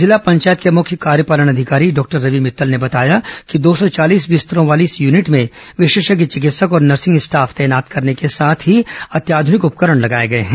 जिला पंचायत के मुख्य कार्यपालन अधिकारी डॉक्टर रवि भित्तल ने बताया कि दो सौ चालीस बिस्तरों वाली इस यूनिट में विशेषज्ञ चिकित्सक और नर्सिंग स्टाफ तैनात करने के साथ ही अत्याध्यनिक उपकरण लगाए गए हैं